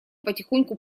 потихоньку